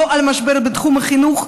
לא המשבר בתחום החינוך,